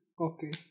Okay